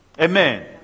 Amen